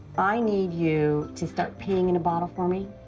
i need you to start peeing in a bottle for me.